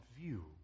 view